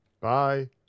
Bye